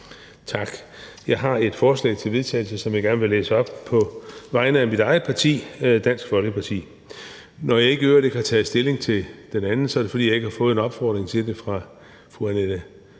Tak. Jeg har et forslag til vedtagelse, som jeg gerne vil læse op på vegne af mit eget parti, Dansk Folkeparti. Når jeg i øvrigt ikke har taget stilling til det andet, er det, fordi jeg ikke har fået en opfordring til det fra fru Annette Lind,